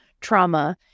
trauma